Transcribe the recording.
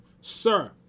Sir